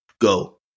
go